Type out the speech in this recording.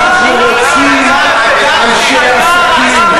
אנחנו רוצים לדעת על איזה תקציב אתה מדבר.